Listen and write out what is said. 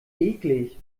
eklig